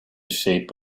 shape